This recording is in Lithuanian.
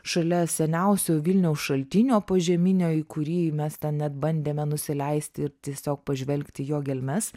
šalia seniausio vilniaus šaltinio požeminio į kurį mes ten net bandėme nusileisti ir tiesiog pažvelgti į jo gelmes